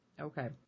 Okay